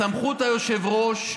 בסמכות היושב-ראש,